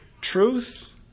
truth